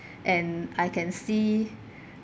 and I can see